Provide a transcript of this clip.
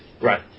Right